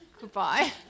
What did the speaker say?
goodbye